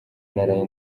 naraye